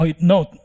No